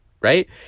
right